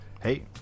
Hey